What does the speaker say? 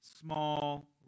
small